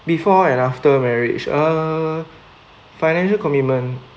before and after marriage uh financial commitment